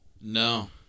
no